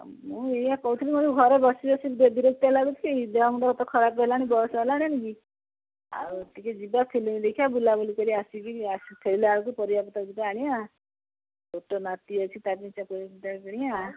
ମୁଁ ଏଇଆ କହୁଥିଲି ମୋର ଘରେ ବସି ବସି ବିରକ୍ତିଆ ଲାଗୁଛି ଦେହ ମୁଣ୍ଡ ଖରାପ ହେଲାଣି ବୟସ ହେଲାଣି କି ଆଉ ଟିକେ ଯିବା ଫିଲ୍ମ ଦେଖିବା ବୁଲାବୁଲି କରି ଆସିକି ଆସି ଥୋଇଲା ବେଳକୁ ପରିବାପତ୍ର ଯିବା ଆଣିବା ଛୋଟ ନାତି ଅଛି ତା ପାଇଁ କିଣିବା